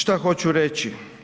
Šta hoću reći?